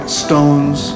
stones